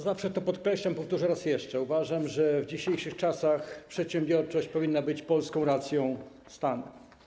Zawsze to podkreślam, powtórzę raz jeszcze: uważam, że w dzisiejszych czasach przedsiębiorczość powinna być polską racją stanu.